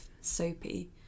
soapy